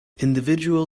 individual